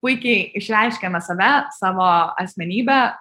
puikiai išreiškiame save savo asmenybę